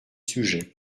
sujets